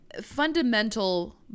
fundamental